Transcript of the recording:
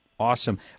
Awesome